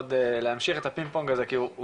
עוד להמשיך את הפינג פונג כי הוא